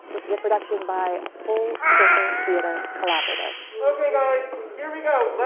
this is a production by full circle theater collaborative. okay guys here we go,